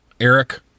Eric